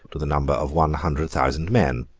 to the number of one hundred thousand men.